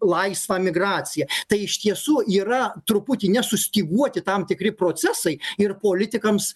laisvą migraciją tai iš tiesų yra truputį nesustyguoti tam tikri procesai ir politikams